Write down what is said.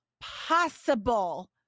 possible